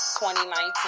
2019